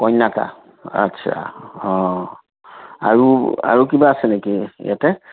কন্যাকা আচ্ছা আৰু আৰু কিবা আছে নেকি ইয়াতে